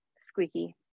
Squeaky